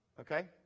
okay